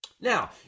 Now